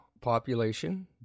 population